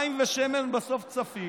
מים ושמן בסוף צפים.